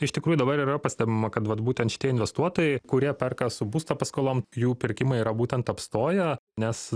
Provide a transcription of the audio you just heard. iš tikrųjų dabar yra pastebima kad vat būtent šitie investuotojai kurie perka su būsto paskolom jų pirkimai yra būtent apstoję nes